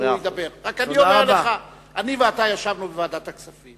אני ואתה ישבנו בוועדת הכספים